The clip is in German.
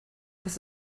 dass